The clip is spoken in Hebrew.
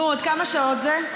נו, עוד כמה שעות זה?